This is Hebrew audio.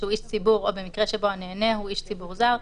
שהוא איש ציבור זר או במקרה שבו הנהנה הוא איש ציבור זר,